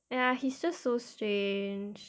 ya he's just so strange